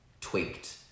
tweaked